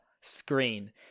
screen